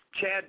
Chad